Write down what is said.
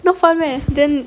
not fun meh then